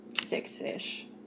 six-ish